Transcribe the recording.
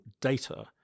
data